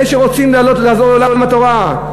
זה שרוצים להעלות ולעזור לעולם התורה,